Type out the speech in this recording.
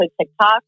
TikTok